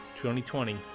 2020